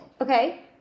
Okay